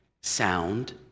sound